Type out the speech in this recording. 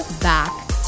back